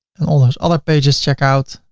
and all those other pages check out.